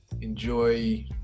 enjoy